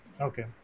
Okay